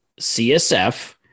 CSF